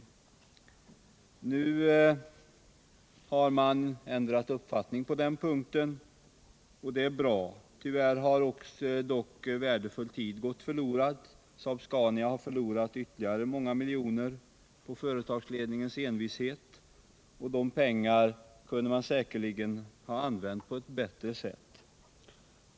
Nu har man ändrat uppfattning, och det är bra. Tyvärr har dock värdefull tid gått förlorad. Saab-Scania har förlorat ytterligare många miljoner på företagsledningens envishet — de pengarna hade man säkert kunnat använda på ett bättre sätt.